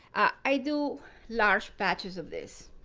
i do large batches of this,